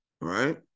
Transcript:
right